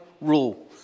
rule